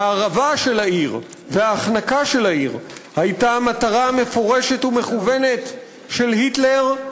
ההרעבה של העיר וההחנקה של העיר הייתה מטרה מפורשת ומכוונת של היטלר,